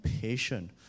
patient